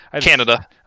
Canada